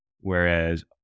whereas